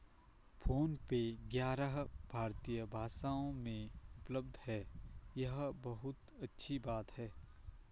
phone पे ग्यारह भारतीय भाषाओं में उपलब्ध है यह बहुत अच्छी बात है